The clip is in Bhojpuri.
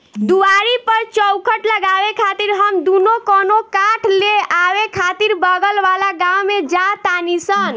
दुआरी पर चउखट लगावे खातिर हम दुनो कवनो काठ ले आवे खातिर बगल वाला गाँव में जा तानी सन